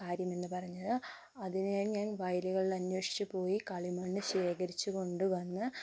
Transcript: കാര്യം എന്നു പറഞ്ഞത് അതിന് ഞാൻ വയലുകളിൽ അന്വേഷിച്ചു പോയി കളിമണ്ണ് ശേഖരിച്ച് കൊണ്ടു വന്ന്